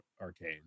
Arcane